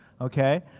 okay